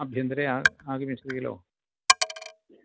अभ्यन्तरे आगमिष्यति खलु